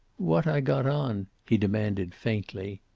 what i got on? he demanded, faintly.